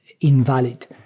invalid